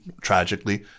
tragically